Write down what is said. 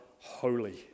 holy